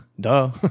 duh